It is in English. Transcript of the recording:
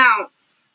ounce